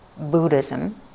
Buddhism